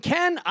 Ken